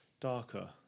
darker